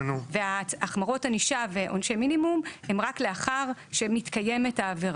והחמרות ענישה ועונשי מינימום הם רק לאחר שמתקיימת העבירה.